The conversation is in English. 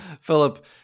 Philip